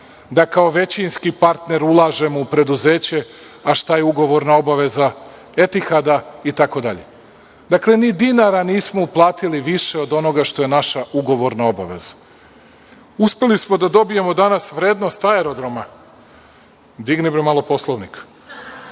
da kao većinski partner ulažemo u preduzeće, a šta je ugovorna obaveza „Etihada“ itd. Dakle, ni dinara nismo uplatili više od onoga što je naša ugovorna obaveza. Uspeli smo da dobijemo danas vrednost aerodroma…Digni, bre, malo Poslovnik.